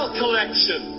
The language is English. collection